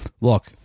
Look